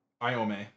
Iome